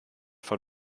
von